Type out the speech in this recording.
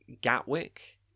Gatwick